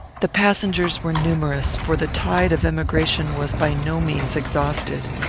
the passengers were numerous for the tide of emigration was by no means exhausted.